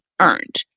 earned